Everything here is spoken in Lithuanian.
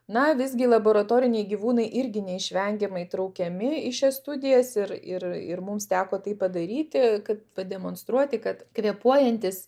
na visgi laboratoriniai gyvūnai irgi neišvengiamai įtraukiami į šias studijas ir ir ir mums teko tai padaryti kaip pademonstruoti kad kvėpuojantis